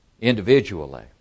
individually